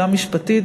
גם משפטית,